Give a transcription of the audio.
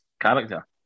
character